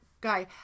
guy